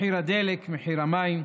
מחיר הדלק, מחיר המים.